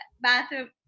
bathroom